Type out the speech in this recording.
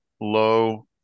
low